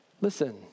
listen